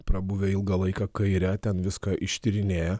prabuvę ilgą laiką kaire ten viską ištyrinėję